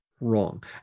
wrong